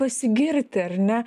pasigirti ar ne